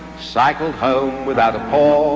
cycled home without a pause